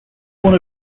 one